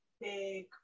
big